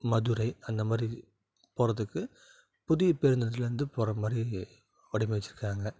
மதுரை அந்த மாதிரி போகிறதுக்கு புதிய பேருந்து நிலையத்தில் இருந்து போகிற மாதிரி வடிவமைத்திருக்காங்க